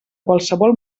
qualsevol